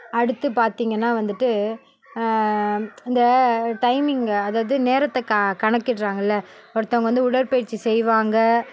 அடுத்து பார்த்தீங்கன்னா வந்துட்டு இந்த டைமிங் அதாவது நேரத்தை க கணக்கிடுறாங்கல்ல ஒருத்தங்க வந்து உடற்பயிற்சி செய்வாங்க